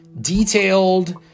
detailed